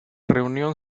reunión